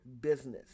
business